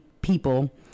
people